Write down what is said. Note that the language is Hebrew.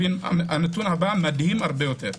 הנתון הבא מדהים הרבה יותר: